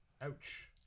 Ouch